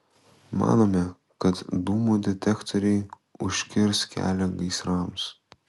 manome kad dūmų detektoriai užkirs kelią gaisrams